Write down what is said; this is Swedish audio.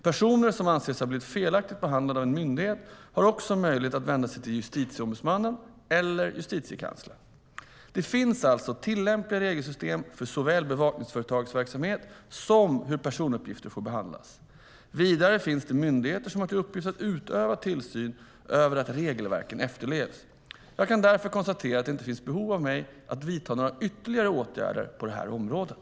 Personer som anser sig ha blivit felaktigt behandlade av en myndighet har också möjlighet att vända sig till Justitieombudsmannen, JO, eller Justitiekanslern, JK. Det finns alltså tillämpliga regelsystem för såväl bevakningsföretags verksamhet som hur personuppgifter får behandlas. Vidare finns det myndigheter som har till uppgift att utöva tillsyn över att regelverken efterlevs. Jag kan därför konstatera att det inte finns behov för mig att vidta några ytterligare åtgärder på det här området.